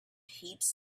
heaps